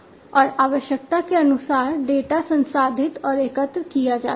और आवश्यकता के अनुसार डेटा संसाधित और एकत्र किया जाता है